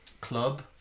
club